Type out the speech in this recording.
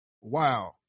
wow